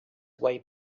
way